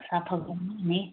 सफा गर्नु नि